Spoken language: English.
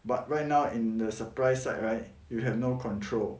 but right now in the supply side right you have no control